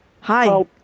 Hi